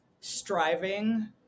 striving